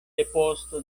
depost